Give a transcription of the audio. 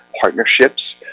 partnerships